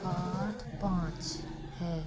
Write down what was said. आठ पाँच है